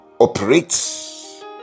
operates